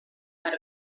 out